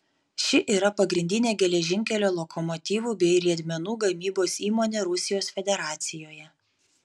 ši yra pagrindinė geležinkelio lokomotyvų bei riedmenų gamybos įmonė rusijos federacijoje